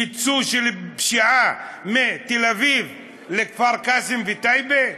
ייצוא של פשיעה מתל-אביב לכפר-קאסם ולטייבה?